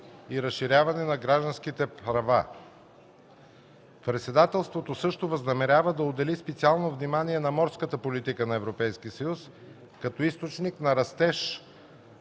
и разширяването на гражданските права. Председателството също възнамерява да отдели специално внимание на морската политика на Европейския съюз. Като източник на растеж